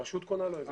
הרשות קונה לו את זה.